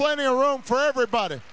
plenty of room for everybody